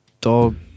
dog